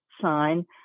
sign